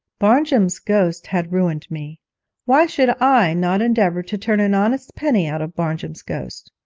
barnjum's ghost had ruined me why should i not endeavour to turn an honest penny out of barnjum's ghost?